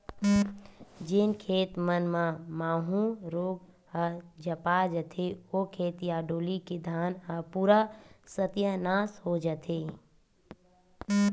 जेन खेत मन म माहूँ रोग ह झपा जथे, ओ खेत या डोली के धान ह पूरा सत्यानास हो जथे